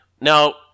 Now